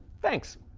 thanks,